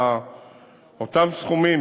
באותם סכומים,